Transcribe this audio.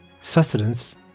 sustenance